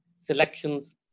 selections